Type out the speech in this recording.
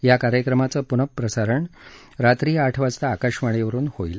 या कार्यक्रमाचं पुनःप्रसारण रात्री आठ वाजता आकाशवाणीवरुन होईल